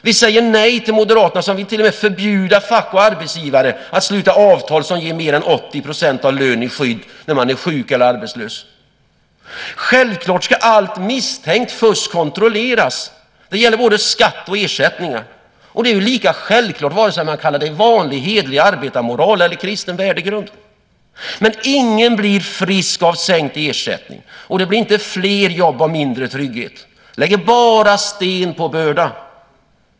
Vi säger nej till Moderaterna som till och med vill förbjuda fack och arbetsgivare att sluta avtal som ger mer än 80 % av lön i skydd när man är sjuk eller arbetslös. Självklart ska allt misstänkt fusk kontrolleras. Det gäller både skatt och ersättningar. Det är lika självklart vare sig man kallar det vanlig hederlig arbetarmoral eller kristen värdegrund. Men ingen blir frisk av sänkt ersättning. Och det blir inte fler jobb av mindre trygghet. Det lägger bara sten på börda.